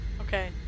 Okay